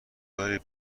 داری